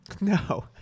No